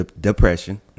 depression